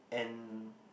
and